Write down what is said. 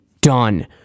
done